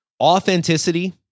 Authenticity